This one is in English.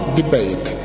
debate